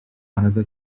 another